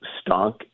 stunk